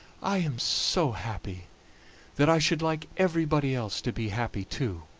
i am so happy that i should like everybody else to be happy too.